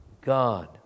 God